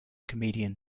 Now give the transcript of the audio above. comedian